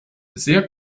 sehr